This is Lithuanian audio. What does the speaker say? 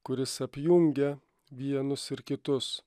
kuris apjungia vienus ir kitus